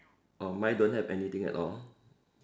oh mine don't have anything at all